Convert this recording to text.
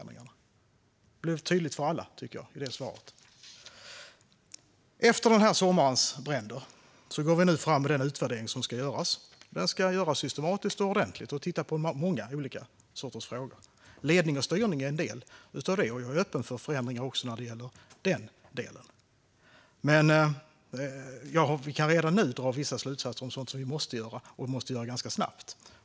Det blev tydligt för alla. Efter sommarens bränder går vi nu fram med den utvärdering som ska göras. Det här ska göras systematiskt och ordentligt. Man ska titta på många olika sorters frågor. Ledning och styrning är en del av detta. Jag är öppen för förändring även när det gäller den delen. Jag kan dock dra slutsatser redan nu om sådant som vi måste göra och sådant som dessutom måste göras ganska snabbt.